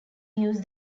use